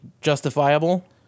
justifiable